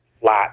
Flat